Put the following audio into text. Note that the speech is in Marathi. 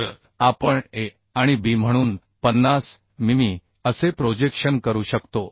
तर आपण ए आणि बी म्हणून 50 मिमी असे प्रोजेक्शन करू शकतो